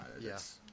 Yes